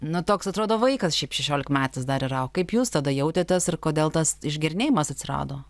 nu toks atrodo vaikas šiaip šešiolikmetis dar yra o kaip jūs tada jautėtės ir kodėl tas išgėrinėjimas atsirado